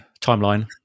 timeline